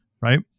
Right